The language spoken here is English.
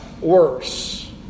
worse